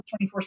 24-7